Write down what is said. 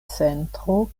centro